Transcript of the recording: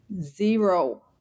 Zero